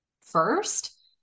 first